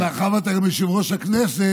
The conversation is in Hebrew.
אבל מאחר שאתה היום יושב-ראש הכנסת,